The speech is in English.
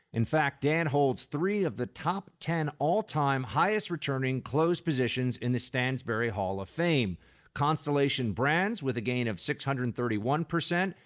in fact, dan holds three of the top ten all-time highest-returning closed positions in the stansberry hall of fame constellation brands with a gain of six hundred and thirty one percent,